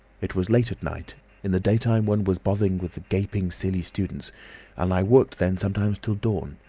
it was late at night in the daytime one was bothered with the gaping, silly students and i worked then sometimes till dawn.